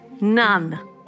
none